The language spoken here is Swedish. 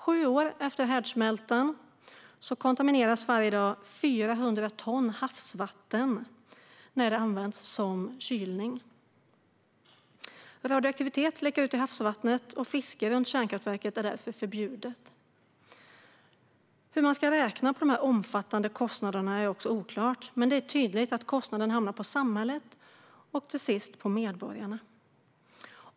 Sju år efter härdsmältan kontamineras varje dag 400 ton havsvatten när det används för kylning. Radioaktivitet läcker ut i havsvattnet, och fiske runt kärnkraftverket är därför förbjudet. Hur man ska räkna på dessa omfattande kostnader är också oklart, men det är tydligt att kostnaderna hamnar på samhället och till sist på medborgarna.